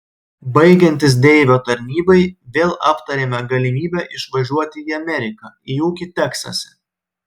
baigiantis deivio tarnybai vėl aptarėme galimybę išvažiuoti į ameriką į ūkį teksase